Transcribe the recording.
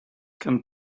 can